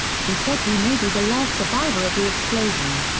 he said he may be the last survivor of the explosion.